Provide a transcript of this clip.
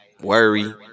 worry